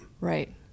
right